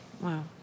Wow